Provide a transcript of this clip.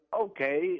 okay